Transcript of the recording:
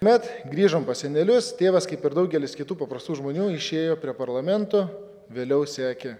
bet grįžom pas senelius tėvas kaip ir daugelis kitų paprastų žmonių išėjo prie parlamento vėliau sekė